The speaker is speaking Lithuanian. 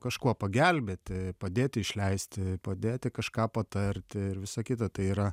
kažkuo pagelbėti padėti išleisti padėti kažką patarti ir visa kita tai yra